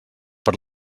per